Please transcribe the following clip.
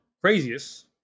craziest